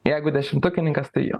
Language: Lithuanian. jeigu dešimtukininkas tai jo